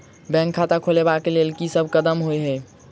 Bank खाता खोलबाबै केँ लेल की सब कदम होइ हय?